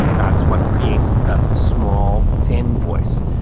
that's what creates a small, thin voice.